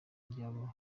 ry’aba